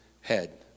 head